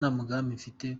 mfite